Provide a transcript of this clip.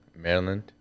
maryland